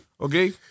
Okay